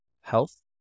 health